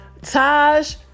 Taj